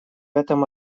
этом